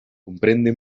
comprende